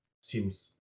seems